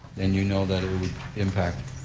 and you know that it would impact.